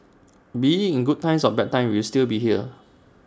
be IT in good times or bad times we will still be here